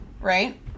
right